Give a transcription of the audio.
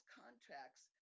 contracts